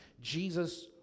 Jesus